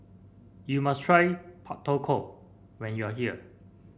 you must try Pak Thong Ko when you are here